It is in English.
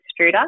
extruder